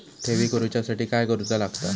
ठेवी करूच्या साठी काय करूचा लागता?